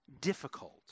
difficult